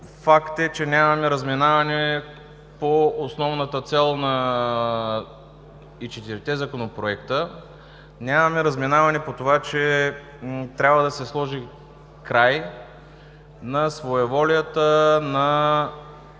Факт е, че нямаме разминаване по основната им цел. Нямаме разминаване по това, че трябва да се сложи край на своеволията на